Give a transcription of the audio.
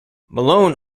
malone